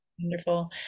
Wonderful